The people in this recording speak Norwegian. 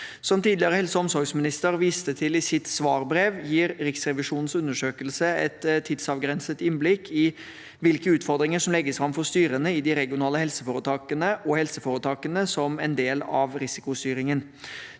Som tidligere helse- og omsorgsminister viste til i sitt svarbrev, gir Riksrevisjonens undersøkelse et tidsavgrenset innblikk i hvilke utfordringer som legges fram for styrene i de regionale helseforetakene og helseforetakene, som en del av risikostyringen.